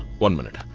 one minute.